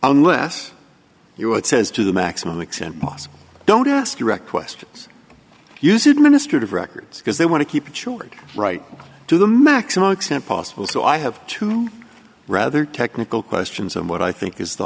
unless you want says to the maximum extent possible don't ask direct questions use administered records because they want to keep it short right to the maximum extent possible so i have two rather technical questions and what i think is the